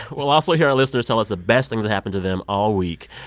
we'll also hear our listeners tell us the best thing that happened to them all week.